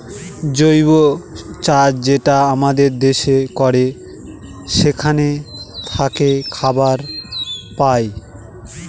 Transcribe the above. জৈব চাষ যেটা আমাদের দেশে করে সেখান থাকে খাবার পায়